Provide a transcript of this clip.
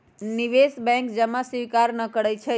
निवेश बैंक जमा स्वीकार न करइ छै